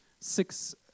six